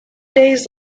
days